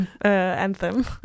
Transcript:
anthem